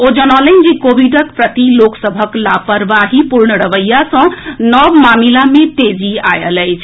ओ जनौलनि जे कोविडक प्रति लोक सभक लापरवाहीपूर्ण रवैया सँ नव मामिला मे तेजी आएल अछि